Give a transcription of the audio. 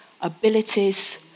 abilities